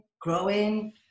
growing